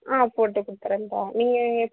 ஆ போட்டு கொடுத்துறேன்பா நீங்கள் இங்கே